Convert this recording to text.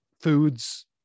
foods